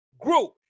group